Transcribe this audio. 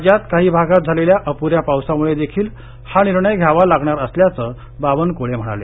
राज्यात काही भागात झालेला अप्न्या पावसामुळे देखील हा निर्णय घ्यावा लागणार असल्याचं बावनक्ळे म्हणाले